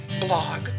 blog